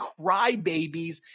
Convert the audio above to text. crybabies